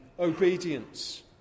obedience